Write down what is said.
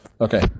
Okay